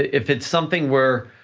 if it's something where,